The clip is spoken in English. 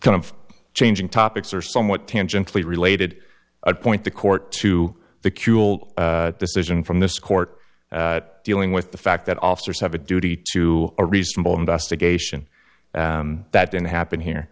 kind of changing topics are somewhat tangentially related appoint the court to the kewl decision from this court dealing with the fact that officers have a duty to a reasonable investigation that didn't happen here